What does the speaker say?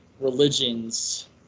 religions